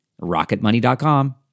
Rocketmoney.com